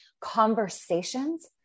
conversations